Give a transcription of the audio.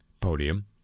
podium